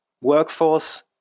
workforce